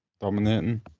dominating